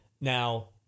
Now